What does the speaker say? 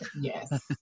Yes